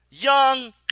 Young